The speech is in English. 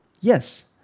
Yes